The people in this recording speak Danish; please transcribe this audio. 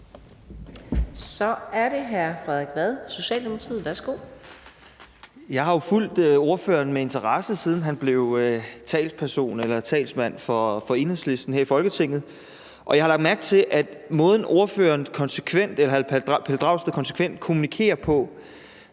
Så er det hr. Frederik Vad, Socialdemokratiet. Værsgo. Kl. 11:17 Frederik Vad (S): Jeg har jo fulgt ordføreren med interesse, siden han blev talsperson eller talsmand for Enhedslisten her i Folketinget, og jeg har lagt mærke til, at måden, hr. Pelle Dragsted konsekvent kommunikerer på